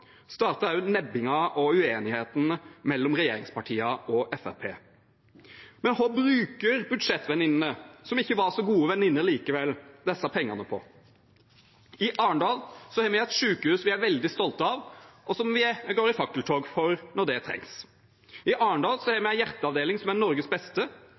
startet også nebbingen og uenighetene mellom regjeringspartiene og Fremskrittspartiet. Men hva bruker budsjettvenninnene, som ikke var så gode venninner likevel, disse pengene på? I Arendal har vi et sykehus vi er veldig stolte av, og som vi går i fakkeltog for når det trengs. I Arendal har vi en hjerteavdeling, som er Norges beste.